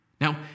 Now